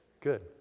Good